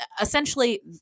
essentially